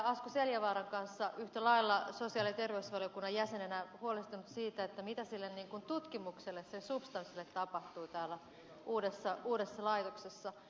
asko seljavaaran kanssa yhtä lailla sosiaali ja terveysvaliokunnan jäsenenä huolestunut siitä mitä sille tutkimukselle sen substanssille tapahtuu täällä uudessa laitoksessa